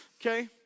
Okay